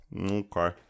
okay